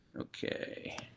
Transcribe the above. Okay